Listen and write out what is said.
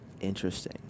Interesting